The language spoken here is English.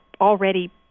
already